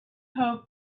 hoped